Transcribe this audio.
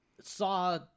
saw